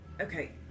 Okay